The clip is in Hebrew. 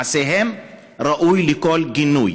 מעשיהם ראויים לכל גינוי.